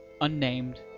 unnamed